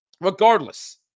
regardless